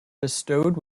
bestowed